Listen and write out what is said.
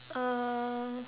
uh